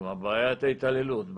בעיית ההתעללות,